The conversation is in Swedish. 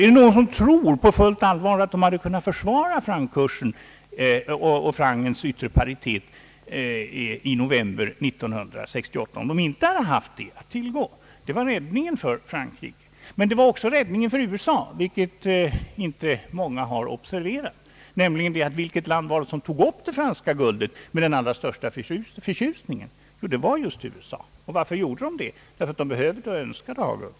Tror någon på fullt allvar att franc-kursen och francens yttre paritet kunnat försvaras i november 1968 om Frankrike icke haft guldet att tillgå? Det var räddningen för Frankrike, men det var också räddningen för USA, vilket inte många har observerat. Vilket land var det som tog upp det franska guldet med den allra största förtjusning? Jo, det var just USA. Och varför? Jo, därför att man behövde och ville ha detta guld.